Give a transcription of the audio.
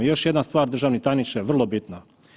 I još jedna stvar državni tajniče, vrlo bitno.